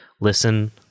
Listen